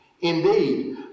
Indeed